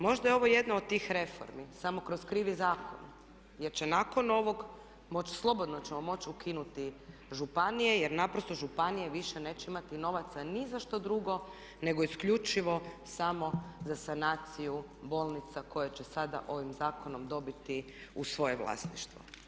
Možda je ovo jedna od tih reformi, samo kroz krivi zakon jer će nakon ovog moći, slobodno ćemo moći ukinuti županije jer naprosto županije više neće imati novaca ni za što drugo nego isključivo samo za sanaciju bolnica koje će sada ovim zakonom dobiti u svoje vlasništvo.